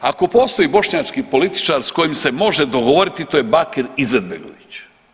Ako postoji bošnjački političar s kojim se može dogovoriti to je Bakir Izetbegović.